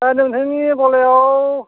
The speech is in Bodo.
नोंथांनि गलायाव